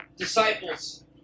Disciples